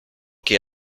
que